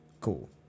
cool